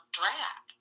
drag